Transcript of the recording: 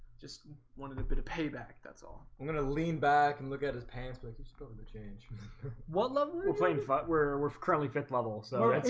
just wanted a bit of payback. that's all i'm gonna lean back and look at his pants but it's going to change what lovely will plain fuck. we're we're currently fit level so